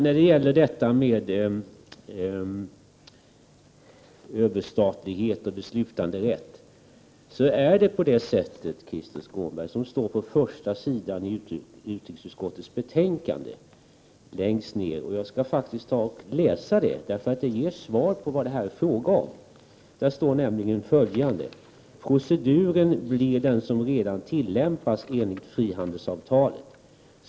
När det gäller överstatlighet och beslutanderätt finns det på första sidan i utrikesutskottets betänkande ett svar på denna fråga: ”Proceduren blir som den redan tillämpas enligt frihandelsavtalet.